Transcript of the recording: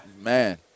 Man